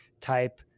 type